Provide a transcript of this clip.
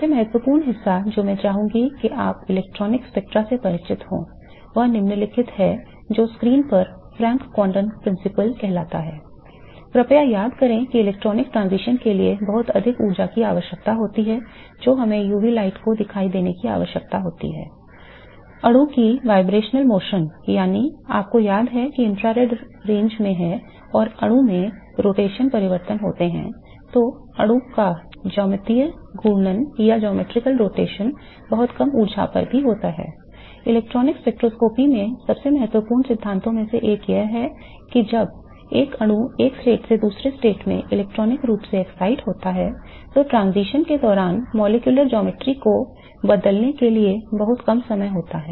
सबसे महत्वपूर्ण हिस्सा जो मैं चाहूंगा कि आप इलेक्ट्रॉनिक स्पेक्ट्रा से परिचित हों वह निम्नलिखित है जो स्क्रीन पर फ्रेंक कोंडोन सिद्धांत की आवश्यकता होती है